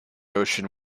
ocean